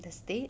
the state